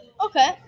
Okay